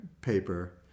paper